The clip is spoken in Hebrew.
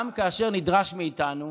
גם כאשר נדרש מאיתנו